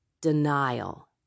denial